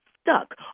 stuck